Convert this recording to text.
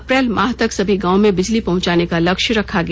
अप्रैल माह तक सभी गांवों में बिजली पहचाने का लक्ष्य रखा गया